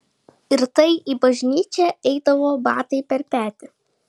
ir tai į bažnyčią eidavo batai per petį